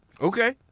Okay